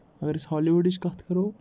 اَگر أسۍ ہالی وُڈٕچ کَتھ کرو